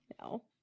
no